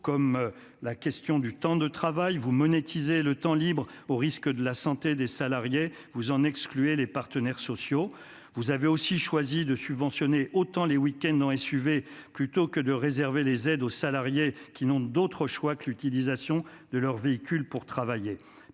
comme la question du temps de travail. Vous monétisez le temps libre au risque de la santé des salariés et vous excluez les partenaires sociaux. Vous avez choisi de subventionner les week-ends en SUV, ou, plutôt que de réserver les aides aux salariés qui n'ont pas d'autre choix que d'utiliser leur voiture pour aller